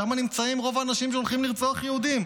שם נמצאים רוב האנשים שהולכים לרצוח יהודים.